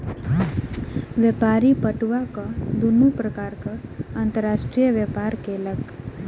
व्यापारी पटुआक दुनू प्रकारक अंतर्राष्ट्रीय व्यापार केलक